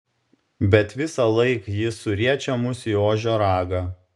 bet visąlaik jis suriečia mus į ožio ragą